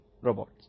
robots